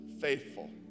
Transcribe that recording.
faithful